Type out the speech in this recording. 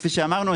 כפי שאמרנו,